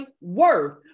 worth